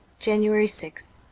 january sixth